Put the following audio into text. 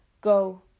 Go